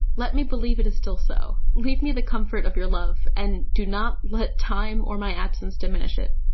let me believe it is still so. leave me the comfort of your love and do not let time or my absence diminish it.